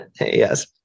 yes